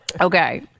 Okay